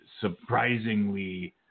surprisingly